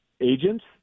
agents